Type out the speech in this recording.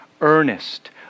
earnest